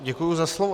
Děkuji za slovo.